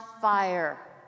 fire